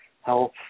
health